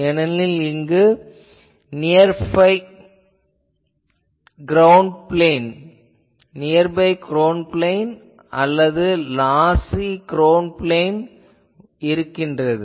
ஏனெனில் இங்கு nearby ground plain அல்லது லாஸி க்ரௌண்ட் பிளேன் உள்ளது